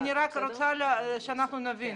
אני רק רוצה שאנחנו נבין.